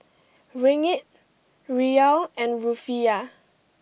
Ringgit Riyal and Rufiyaa